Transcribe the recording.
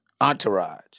entourage